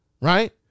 right